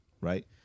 right